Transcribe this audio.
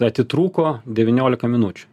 atitrūko devyniolika minučių